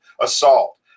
assault